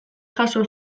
jaso